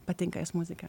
patinka jos muzika